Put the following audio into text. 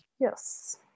yes